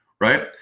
Right